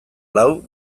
lau